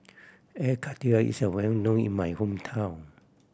Air Karthira is well known in my hometown